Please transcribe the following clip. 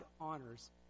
honors